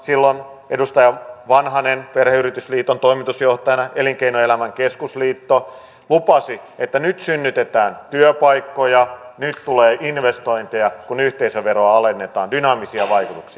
silloin edustaja vanhanen perheyritysten liiton toimitusjohtajana ja elinkeinoelämän keskusliitto lupasivat että nyt synnytetään työpaikkoja nyt tulee investointeja kun yhteisöveroa alennetaan dynaamisia vaikutuksia